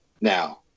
Now